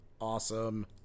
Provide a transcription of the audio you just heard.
Awesome